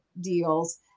deals